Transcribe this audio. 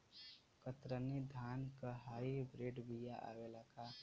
कतरनी धान क hybrid बिया आवेला का?